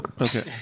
Okay